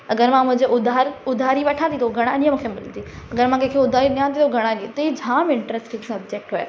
अगरि मां मुंहिंजो उधार उधारी वठां थी त उहो घणा ॾींहं मूंखे मिलंदी अगरि मां कंहिंखे उधारी ॾियां थी त उहो घणा ॾींहं त हे जामु इंट्र्स्टिंग सब्जेक्ट हुयो